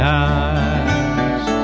eyes